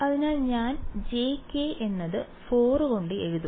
അതിനാൽ ഞാൻ j k എന്നത് 4 കൊണ്ട് എഴുതും